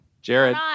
Jared